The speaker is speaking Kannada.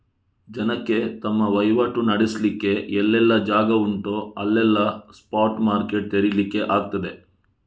ಜನಕ್ಕೆ ತಮ್ಮ ವೈವಾಟು ನಡೆಸ್ಲಿಕ್ಕೆ ಎಲ್ಲೆಲ್ಲ ಜಾಗ ಉಂಟೋ ಅಲ್ಲೆಲ್ಲ ಸ್ಪಾಟ್ ಮಾರ್ಕೆಟ್ ತೆರೀಲಿಕ್ಕೆ ಆಗ್ತದೆ